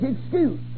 excuse